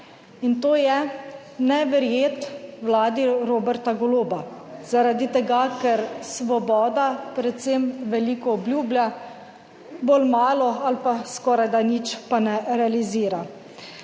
in to je ne verjeti Vladi Roberta Goloba zaradi tega, ker Svoboda predvsem veliko obljublja, bolj malo ali pa skorajda nič pa ne realizira.